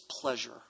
pleasure